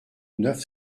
neuf